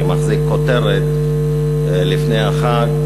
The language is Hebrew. אני מחזיק כותרת מלפני החג,